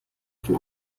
von